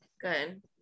Good